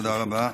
תודה רבה.